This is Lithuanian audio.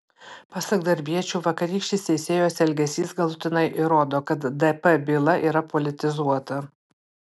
pasak darbiečių vakarykštis teisėjos elgesys galutinai įrodo kad dp byla yra politizuota